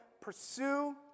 pursue